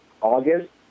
August